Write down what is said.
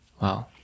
Wow